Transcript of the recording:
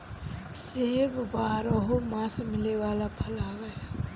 सेब बारहोमास मिले वाला फल हवे